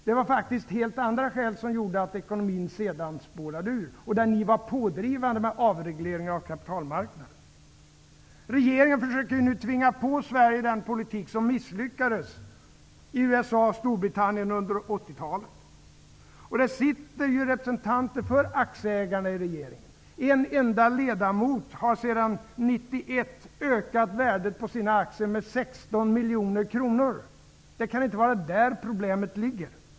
Det var faktiskt helt andra skäl som gjorde att ekonomin sedan spårade ur, bl.a. att ni var pådrivande när det gällde avregelering av kapitalmarknaden. Regeringen försöker nu att påtvinga Sverige den politik som misslyckades i USA och Storbritannien under 80-talet. Det sitter representanter för aktieägarna i regeringen. En enda ledamots aktier har sedan 1991 ökat i värde med 16 miljoner kronor. Det kan inte vara där problemet ligger.